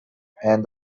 and